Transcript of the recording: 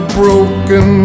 broken